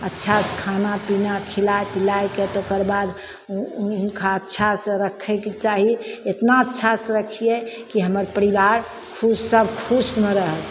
अच्छासँ खाना पीना खिलाइ पिलाइके तेकरबाद ओ खा अच्छा से रखैके चाही एतना अच्छासे रखियै कि हमर परिबार खूब सब खुशमे रहए